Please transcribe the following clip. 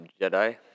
Jedi